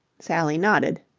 sally nodded.